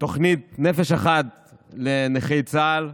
תוכנית נפש אחת לנכי צה"ל,